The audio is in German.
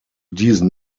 diesen